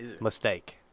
Mistake